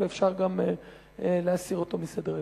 ואפשר גם להסיר אותו מסדר-היום.